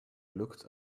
looked